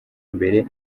mbere